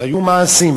והיו מעשים,